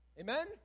Amen